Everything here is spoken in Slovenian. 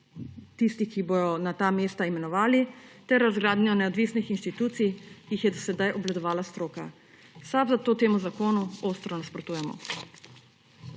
tistih, ki jih bodo na ta mesta imenovali, ter razgradnja neodvisnih institucij, ki jih je do sedaj obvladovala stroka. V SAB zato temu zakonu ostro nasprotujemo.